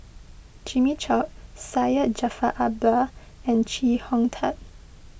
Jimmy Chok Syed Jaafar Albar and Chee Hong Tat